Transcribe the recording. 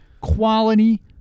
Quality